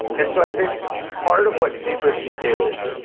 and so i think part of what secrecy is,